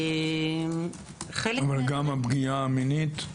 אבל גם הפגיעה המינית,